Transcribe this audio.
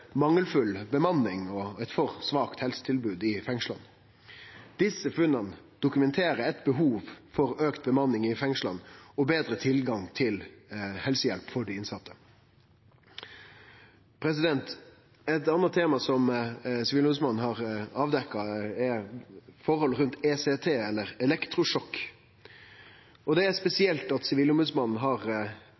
mangelfull bemanning og eit for svakt helsetilbod i fengsla. Desse funna dokumenterer eit behov for auka bemanning i fengsla og betre tilgang til helsehjelp for dei innsette. Eit anna tema er forhold rundt ECT, elektrosjokk. Det er spesielt at Sivilombodsmannen har